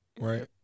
right